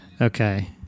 Okay